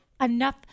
enough